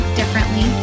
differently